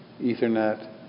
Ethernet